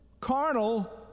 carnal